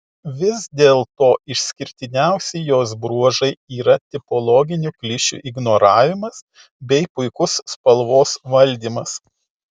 vis dėlto išskirtiniausi jos bruožai yra tipologinių klišių ignoravimas bei puikus spalvos valdymas